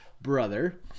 brother